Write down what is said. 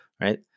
right